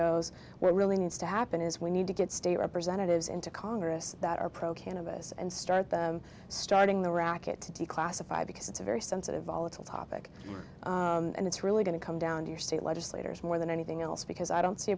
goes where really needs to happen is we need to get state representatives into congress that are pro cannabis and start starting the racket to declassify because it's a very sensitive volatile topic and it's really going to come down to your state legislators more than anything else because i don't see